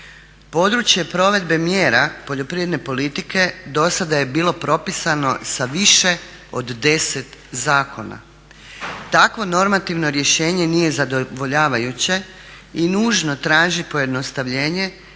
Područje provedbe mjera poljoprivredne politike do sada je bilo propisano sa više od 10 zakona. Takvo normativno rješenje nije zadovoljavajuće i nužno traži pojednostavljenje